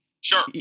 Sure